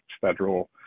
federal